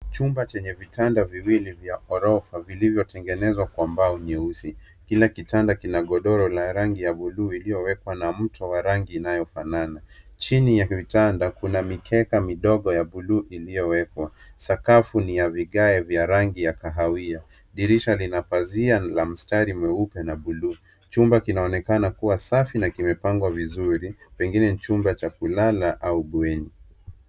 Chumba chenye vitanda viwili vya gorofa vilivyotengenezwa kwa mbao nyeusi. Kila kitanda kina godoro la rangi ya buluu iliyowekwa na mto wa rangi inayofanana. Chini ya vitanda kuna mikeka midogo ya buluu iliyowekwa . Sakafu ni ya vigae vya rangi ya kahawia. Dirisha lina pazia la mstari mweupe na buluu. Chumba kinaonekana kuwa safi na kimepangwa vizuri. Pengine chumba cha kulala au bweni.